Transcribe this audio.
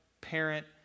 Parent